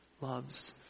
loves